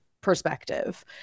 perspective